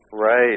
Right